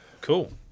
cool